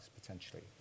potentially